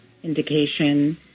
indication